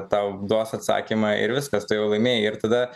tau duos atsakymą ir viskas tu jau laimėjai ir tada